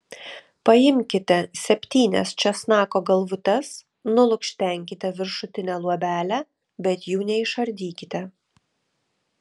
paimkite septynias česnako galvutes nulukštenkite viršutinę luobelę bet jų neišardykite